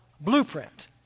blueprint